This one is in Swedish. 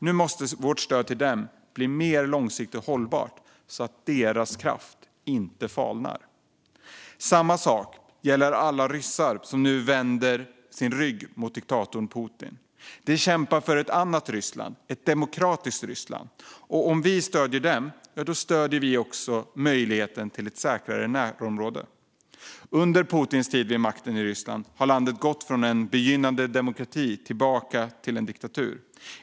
Nu måste vårt stöd till dem bli mer långsiktigt och hållbart så att deras kraft inte falnar. Samma sak gäller alla ryssar som nu vänder sin rygg mot diktatorn Putin. De kämpar för ett annat Ryssland, ett demokratiskt Ryssland. Om vi stöder dem stöder vi också möjligheten till ett säkrare närområde. Under Putins tid vid makten i Ryssland har landet gått från en begynnande demokrati tillbaka till en diktatur.